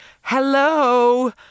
Hello